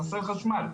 חסרי חשמל.